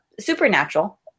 Supernatural